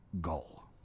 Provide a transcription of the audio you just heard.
goal